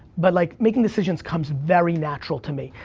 but like, making decisions comes very natural to me.